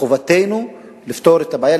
מחובתנו לפתור את הבעיה,